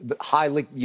highly